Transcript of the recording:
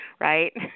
right